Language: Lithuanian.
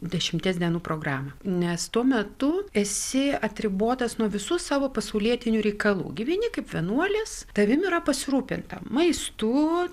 dešimties dienų programą nes tuo metu esi atribotas nuo visų savo pasaulietinių reikalų gyveni kaip vienuolis tavim yra pasirūpinta maistu